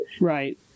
Right